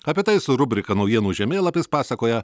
apie tai su rubrika naujienų žemėlapis pasakoja